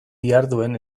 diharduen